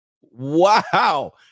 Wow